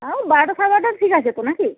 ওউ বারোটা সাড়ে বারোটা ঠিক আছে তো নাকি